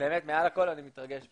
באמת מעל הכל אני באמת מתרגש בשבילך.